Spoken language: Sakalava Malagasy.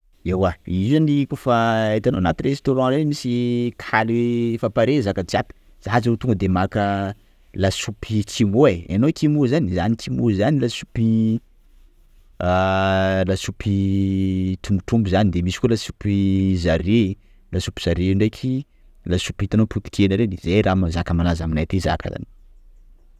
Iewa, izy io zany koafa hitanao anaty Restaurant reny misy kaly efa pare zaka jiaby, zah zio tonga de maka lasopy kimô ai, hainao kimô zany, zany kimô zany lasopy ah tongotr'omby zany, de misy koa lasopy zaret, lasopy zaret ndraiky lasopy hitanao potiky hena reny, zay raha zaka malaza aminay aty zaka zany.